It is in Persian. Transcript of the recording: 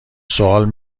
سوال